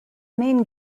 main